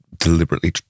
deliberately